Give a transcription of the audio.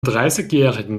dreißigjährigen